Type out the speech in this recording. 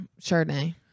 Chardonnay